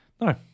No